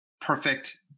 perfect